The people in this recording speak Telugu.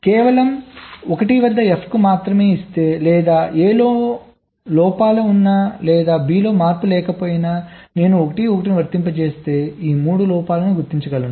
కేవలం 1 వద్ద F కు మాత్రమే ఇస్తే లేదా A లో లోపాల ఉన్న లేదా B లో మార్పు లేకపోయినా నేను 1 1 ను వర్తింపజేస్తే ఈ 3 లోపాలను గుర్తించగలను